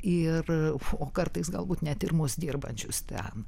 ir o kartais galbūt net ir mus dirbančius ten